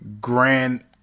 grand